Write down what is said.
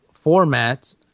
format